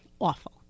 awful